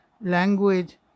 language